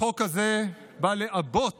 החוק הזה בא לעבות